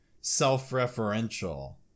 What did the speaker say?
self-referential